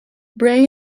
bray